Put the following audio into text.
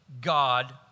God